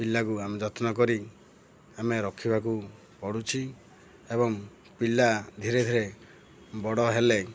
ପିଲାକୁ ଆମେ ଯତ୍ନ କରି ଆମେ ରଖିବାକୁ ପଡ଼ୁଛି ଏବଂ ପିଲା ଧୀରେ ଧୀରେ ବଡ଼ ହେଲେ